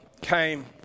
came